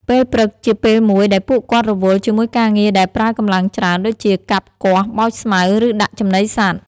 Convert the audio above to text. ពេលព្រឹក ជាពេលមួយដែលពួកគាត់រវល់ជាមួយការងារដែលប្រើកម្លាំងច្រើន ដូចជាកាប់ គាស់ បោចស្មៅ ឬដាក់ចំណីសត្វ។